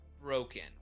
broken